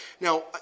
Now